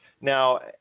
Now